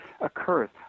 occurs